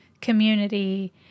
community